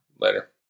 Later